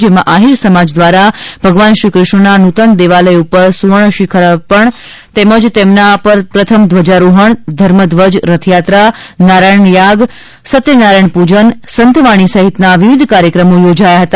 જેમાં આહીર સમાજ દ્વારા ભગવાન શ્રી કૃષ્ણના નુતન દેવાલય ઉપર સુવર્ણ શિખરાપર્ણ તથા તેમના પર પ્રથમ ધ્વજારોહણ ધર્મઘ્વજ રથયાત્રા નારાયણયાગ સત્યનારાયણ પૂજન સંતવાણી સહિતના વિવિધ કાર્યક્રમો યોજાયા હતા